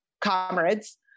comrades